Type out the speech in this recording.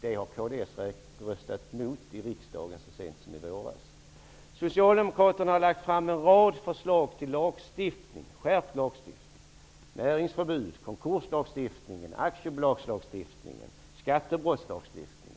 Det har kds röstat emot i riksdagen så sent som i våras. Socialdemokraterna har lagt fram en rad förslag till skärpt lagstiftning. Det gäller näringsförbud, konkurslagstiftning, aktiebolagslagstiftning och skattebrottslagstiftning.